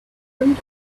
opened